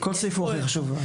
כל סעיף הוא הכי חשוב.